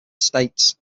states